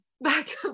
back